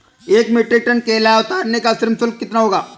एक metric tonne केला उतारने का श्रम शुल्क कितना होगा?